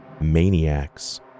maniacs